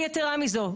ויתרה מזו,